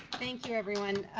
thank you, everyone.